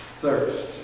thirst